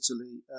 Italy